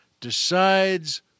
decides